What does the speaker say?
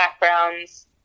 backgrounds